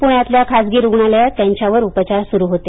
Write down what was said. पुण्यातल्या खासगी रुग्णालयात त्यांच्यावर उपचार सुरू होते